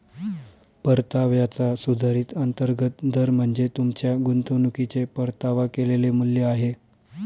परताव्याचा सुधारित अंतर्गत दर म्हणजे तुमच्या गुंतवणुकीचे परतावा केलेले मूल्य आहे